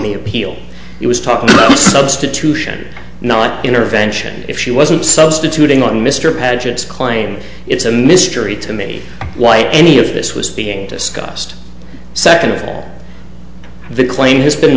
the appeal it was talking substitution not intervention if she wasn't substituting on mr paget's claim it's a mystery to me why any of this was being discussed second of all the claim has been